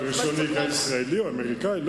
אבל רשיון נהיגה ישראלי או אמריקני,